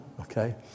okay